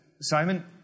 Simon